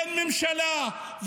אין ממשלה,